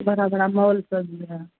बरा बड़ा मॉल सभी है